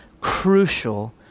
crucial